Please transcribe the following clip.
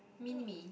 mini me